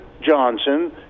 Johnson